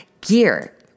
gear